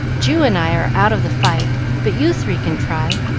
ju and i are out of the fight, but you three can try,